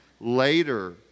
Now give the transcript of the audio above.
later